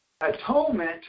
Atonement